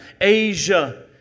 Asia